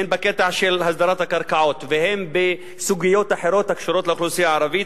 הן בקטע של הסדרת הקרקעות והן בסוגיות אחרות שקשורות לאוכלוסייה הערבית,